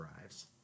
arrives